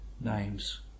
names